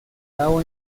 cabo